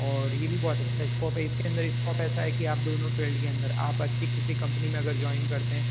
और ये भी बहुत अच्छा स्कोप है इसके अन्दर स्कोप ऐसा है कि आप दोनों फील्ड के अन्दर आप अच्छी किसी कम्पनी में अगर जॉइन करते हैं